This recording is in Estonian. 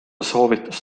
soovitas